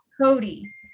Cody